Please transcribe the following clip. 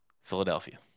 Philadelphia